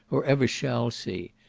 or ever shall see.